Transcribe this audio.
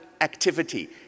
activity